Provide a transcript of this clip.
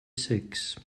sechs